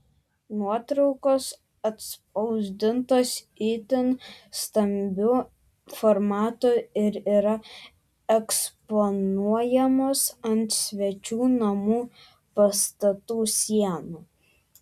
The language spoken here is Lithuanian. nuotraukos atspausdintos itin stambiu formatu ir yra eksponuojamos ant svečių namų pastatų sienų